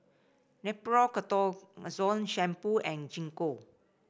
Nepro Ketoconazole Shampoo and Gingko